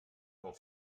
pel